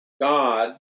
God